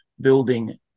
building